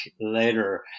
later